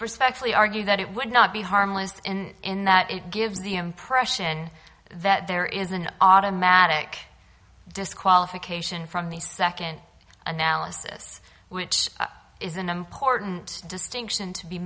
respectfully argue that it would not be harmless in that it gives the impression that there is an automatic disqualification from the second analysis which is an important distinction to be